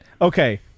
okay